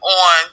on